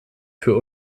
für